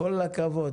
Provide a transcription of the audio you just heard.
כל הכבוד.